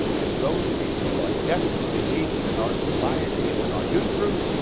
and those people are desperately needed in our society and in our newsrooms.